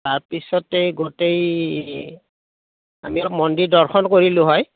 তাৰপিছতেই গোটেই আমি মন্দিৰ দৰ্শন কৰিলোঁ হয়